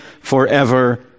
forever